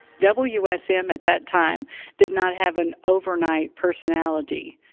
wsm at that time did not have an overnight personality.